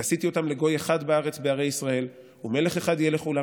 ועשיתי אותם לגוי אחד בארץ בהרי ישראל ומלך אחד יהיה לכלם